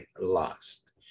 lost